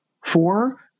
Four